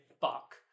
fuck